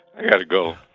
i gotta go.